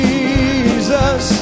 Jesus